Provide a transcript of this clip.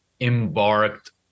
Embarked